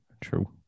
true